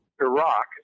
Iraq